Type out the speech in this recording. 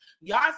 Y'all